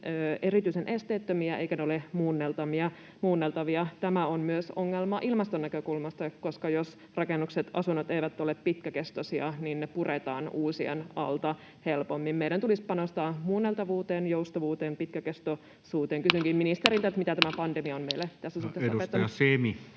erityisen esteettö-miä, eivätkä ne ole muunneltavia. Tämä on myös ongelma ilmaston näkökulmasta, koska jos rakennukset ja asunnot eivät ole pitkäkestoisia, ne puretaan uusien alta helpommin. Meidän tulisi panostaa muunneltavuuteen, joustavuuteen, pitkäkestoisuuteen. Kysynkin ministeriltä: mitä tämä pandemia on meille tässä suhteessa opettanut? [Speech